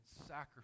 sacrifice